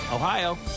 Ohio